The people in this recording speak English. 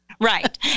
Right